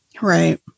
Right